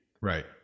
Right